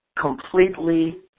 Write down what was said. completely